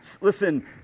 listen